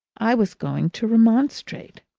i was going to remonstrate.